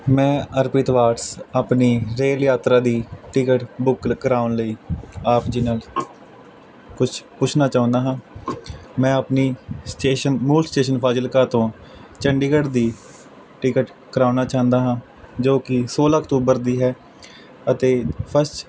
ਮੈਂ ਹਰਪ੍ਰੀਤ ਵਾਟਸ ਆਪਣੀ ਰੇਲ ਯਾਤਰਾ ਦੀ ਟਿਕਟ ਬੁੱਕ ਕਰਾਉਣ ਲਈ ਆਪ ਜੀ ਨਾਲ ਕੁਛ ਪੁੱਛਣਾ ਚਾਹੁੰਦਾ ਹਾਂ ਮੈਂ ਆਪਣੀ ਸਟੇਸ਼ਨ ਮੂਲ ਸਟੇਸ਼ਨ ਫਾਜ਼ਿਲਕਾ ਤੋਂ ਚੰਡੀਗੜ੍ਹ ਦੀ ਟਿਕਟ ਕਰਾਉਣਾ ਚਾਹੁੰਦਾ ਹਾਂ ਜੋ ਕਿ ਸੋਲ੍ਹਾਂ ਅਕਤੂਬਰ ਦੀ ਹੈ ਅਤੇ ਫਸਟ